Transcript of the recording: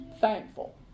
thankful